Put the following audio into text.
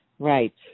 Right